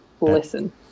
listen